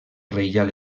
reial